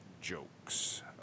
jokes